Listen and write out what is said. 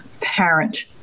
parent